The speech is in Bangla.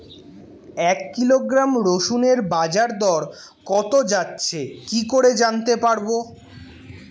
এক কিলোগ্রাম রসুনের বাজার দর কত যাচ্ছে কি করে জানতে পারবো?